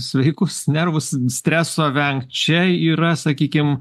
sveikus nervus streso vengt čia yra sakykim